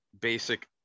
basic